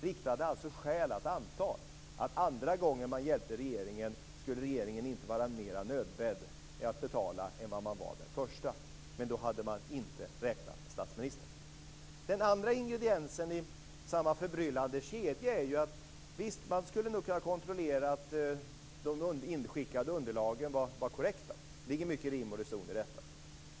Rikta hade alltså skäl att anta att andra gången man hjälpte regeringen skulle regeringen inte vara mer nödbedd med att betala än den var den första gången. Men då hade man inte räknat med statsministern. Den andra ingrediensen i samma förbryllande kedja är att man nog skulle kunnat kontrollera att de inskickade underlagen var korrekta. Det ligger mycket rim och reson i detta.